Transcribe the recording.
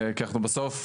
כי אנחנו בסוף,